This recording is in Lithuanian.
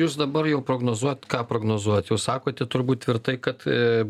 jūs dabar jau prognozuojat ką prognozuojat jūs sakote turbūt tvirtai kad